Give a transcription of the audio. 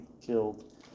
killed